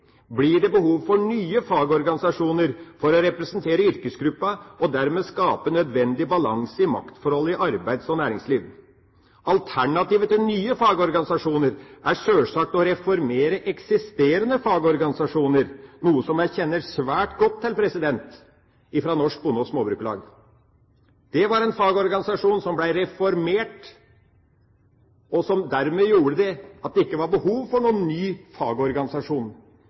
blir det behov for nye fagorganisasjoner for å representere yrkesgruppa og dermed skape nødvendig balanse i maktforholdet i arbeids- og næringsliv. Alternativet til nye fagorganisasjoner er sjølsagt å reformere eksisterende fagorganisasjoner, noe som jeg kjenner svært godt til fra Norsk Bonde- og Småbrukarlag. Det er en fagorganisasjon som ble reformert, og dermed var det ikke behov for noen ny fagorganisasjon.